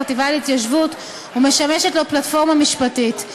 החטיבה להתיישבות ומשמשת לו פלטפורמה משפטית.